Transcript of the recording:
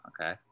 Okay